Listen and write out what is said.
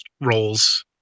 roles